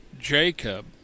Jacob